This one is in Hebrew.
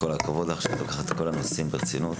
כל הכבוד לך שאת לוקחת את כל הנושאים ברצינות.